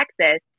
Texas